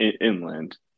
inland